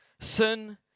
Sin